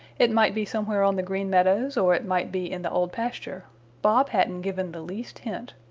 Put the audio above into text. it might be somewhere on the green meadows or it might be in the old pasture bob hadn't given the least hint.